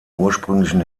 ursprünglichen